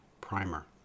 Primer